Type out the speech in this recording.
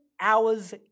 hours